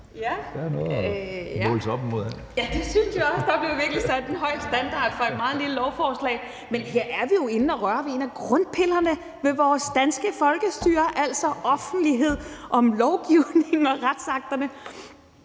Ja, det synes jeg også; der blev virkelig sat en høj standard for et meget lille lovforslag. Men her er vi jo inde at røre ved en af grundpillerne ved vores danske folkestyre, altså offentlighed om lovgivning og retsakterne.